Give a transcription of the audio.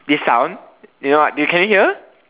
this sound you know what can you hear